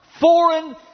foreign